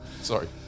Sorry